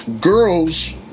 girls